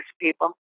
people